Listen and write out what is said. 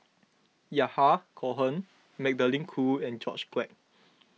Yahya Cohen Magdalene Khoo and George Quek